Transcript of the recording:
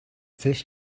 this